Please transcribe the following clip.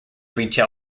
retail